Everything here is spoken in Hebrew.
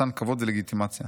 מתן כבוד ולגיטימציה"